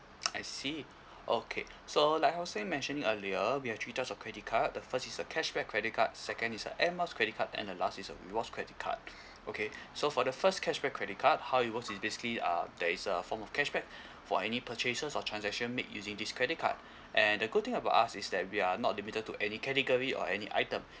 I see okay so like I was said mentioning earlier we have three types of credit card the first is a cashback credit card second is a air miles credit card and a last is a rewards credit card okay so for the first cashback credit card how it works is basically uh there is a form of cashback for any purchases or transaction made using this credit card and the good thing about us is that we are not limited to any category or any item